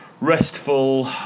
restful